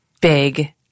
big